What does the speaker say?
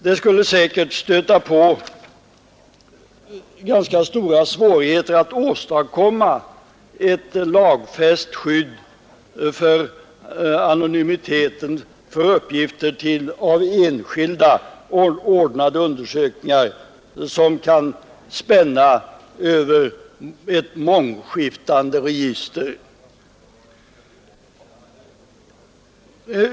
Det skulle säkert stöta på ganska stora svårigheter att åstadkomma ett lagfäst anonymitetsskydd för uppgiftslämnare till av enskild bedrivna undersökningar, som kan spänna över ett mångskiftande register.